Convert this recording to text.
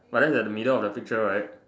but that's at the middle of the picture right